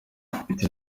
mfite